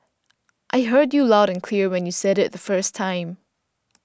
I heard you loud and clear when you said it the first time